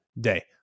day